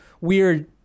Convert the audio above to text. weird